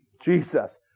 Jesus